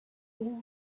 all